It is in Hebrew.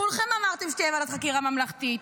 כולכם אמרתם שתהיה ועדת חקירה ממלכתית.